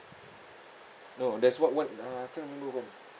no that's what one uh can't remember when